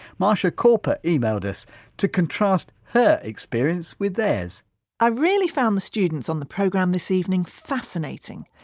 marsha corper emailed us to contrast her experience with theirs i really found the students on the programme this evening fascinating.